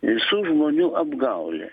visų žmonių apgaulė